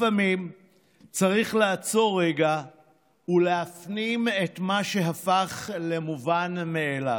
לפעמים צריך לעצור רגע ולהפנים את מה שהפך למובן מאליו.